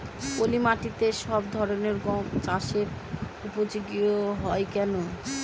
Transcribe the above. পলিমাটি সব ধরনের চাষের উপযোগী হয় কেন?